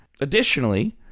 Additionally